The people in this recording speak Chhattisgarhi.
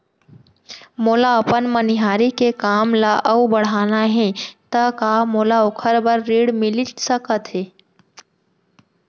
मोला अपन मनिहारी के काम ला अऊ बढ़ाना हे त का मोला ओखर बर ऋण मिलिस सकत हे?